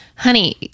Honey